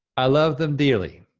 i love them dearly,